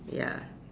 ya